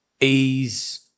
Ease